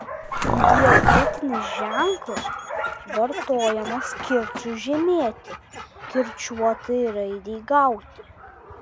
diakritinis ženklas vartojamas kirčiui žymėti kirčiuotai raidei gauti